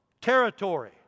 territory